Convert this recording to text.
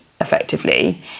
effectively